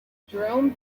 jerome